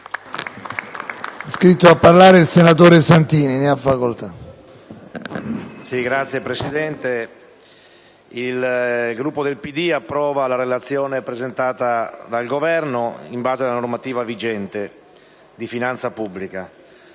il Gruppo del PD approva la Relazione presentata dal Governo in base alla normativa vigente di finanza pubblica.